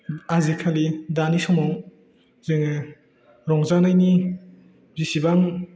आजिखालि दानि समाव जोङो रंजानायनि जेसेबां